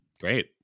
Great